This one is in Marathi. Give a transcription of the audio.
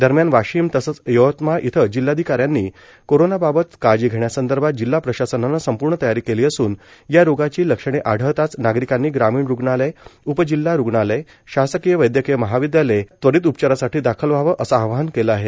दरम्यान वाशिम तसच यवतमाळ इथं जिल्हाधिकाऱ्यांनी कोरोनाबाबत काळजी घेण्यासंदर्भात जिल्हा प्रशासनान संपूर्ण तयारी केली असून या रोगाची लक्षणे आढळताच नागरिकांनी ग्रामीण रुग्णालय उपजिल्हा रुग्णालय शासकीय वैद्यकीय महाविद्यालय इथं त्वरीत उपचारासाठी दाखल व्हावं असं आवाहन केलं आहे